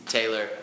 Taylor